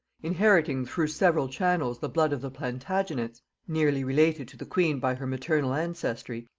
inheriting through several channels the blood of the plantagenets nearly related to the queen by her maternal ancestry,